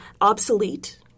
obsolete